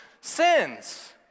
sins